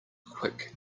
quick